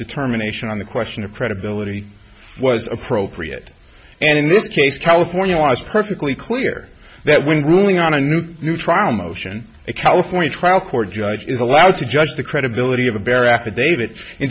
determination on the question of credibility was appropriate and in this case california was perfectly clear that when ruling on a new trial motion a california trial court judge is allowed to judge the credibility of a very affidavit in